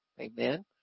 amen